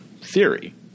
theory